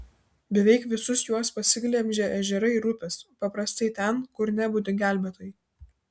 beveik visus juos pasiglemžė ežerai ir upės paprastai ten kur nebudi gelbėtojai